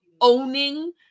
owning